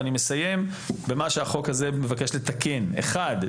אני מסיים במה שהחוק הזה מבקש לתקן: אחד,